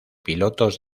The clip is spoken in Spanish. pilotos